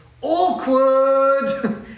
awkward